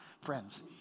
friends